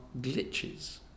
glitches